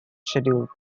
scheduled